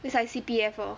it's like C_P_F lor